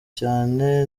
cyane